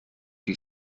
die